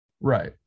Right